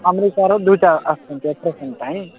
ଆମେରିକାର ଦୁଇଟା ଆସୁଛନ୍ତି ଅପରେସନ୍ ପାଇଁ